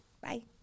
bye